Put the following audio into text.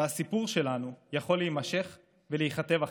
והסיפור שלנו יכול להימשך ולהיכתב אחרת.